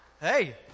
Hey